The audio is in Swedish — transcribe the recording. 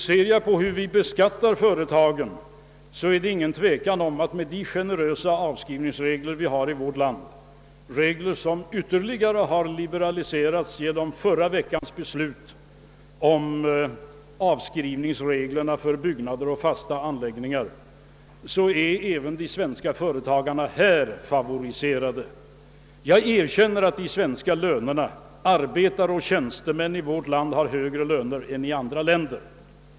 När det gäller företagsbeskattningen är det ingen tvekan om att med de generösa avskrivningsregler vi har i vårt land — regler som ytterligare har liberaliserats genom förra veckans beslut om avskrivningsregler för byggnader och fasta anläggningar — är de svenska företagarna även i detta avseende favoriserade. Jag erkänner emellertid att när det gäller lönerna är de inte favoriserade — arbetare och tjänstemän i vårt land har högre löner än i andra länder.